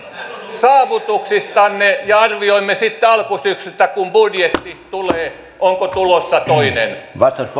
saavutuksistanne ja arvioimme sitten alkusyksystä kun budjetti tulee onko tulossa toinen